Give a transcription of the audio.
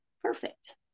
perfect